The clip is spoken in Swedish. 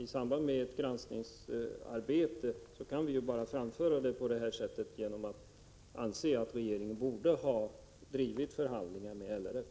I samband med ett granskningsarbete kan vi bara framföra synpunkterna genom att uttala att regeringen borde ha bedrivit förhandlingar med LRF.